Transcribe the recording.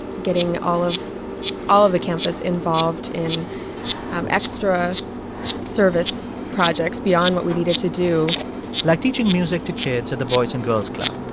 getting all of all of the campus involved in extra service projects beyond what we needed to do like teaching music to kids at the boys and girls club.